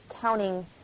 counting